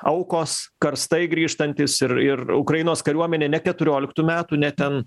aukos karstai grįžtantys ir ir ukrainos kariuomenė ne keturioliktų metų ne ten